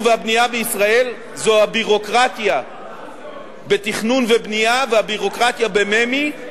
והבנייה בישראל: זו הביורוקרטיה בתכנון ובנייה והביורוקרטיה בממ"י.